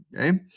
okay